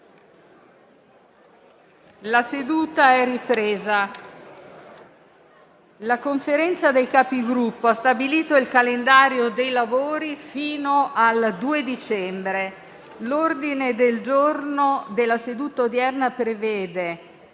lavori». Colleghi, la Conferenza dei Capigruppo ha stabilito il calendario dei lavori fino al 2 dicembre. L'ordine del giorno della seduta odierna prevede